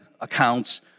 accounts